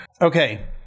Okay